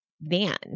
van